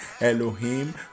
Elohim